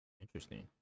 Interesting